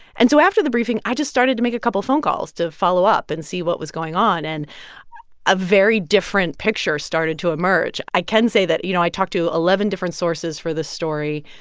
and so after the briefing, i just started to make a couple of phone calls to follow up and see what was going on, and a very different picture started to emerge. i can say that, you know, i talked to eleven different sources for this story.